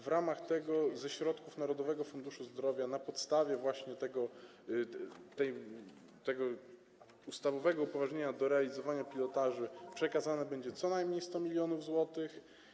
W ramach tego ze środków Narodowego Funduszu Zdrowia na podstawie właśnie tego ustawowego upoważnienia do realizowania pilotaży przekazanych będzie co najmniej 100 mln zł.